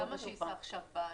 למה שיישא עכשיו בעלות?